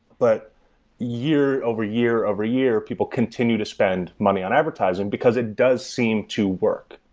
but year over year over year, people continue to spend money on advertising, because it does seem to work.